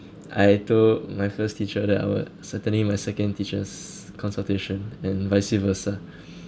I told my first teacher that I will certainly my second teacher's consultation and vice versa